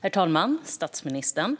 Herr talman, statsministern!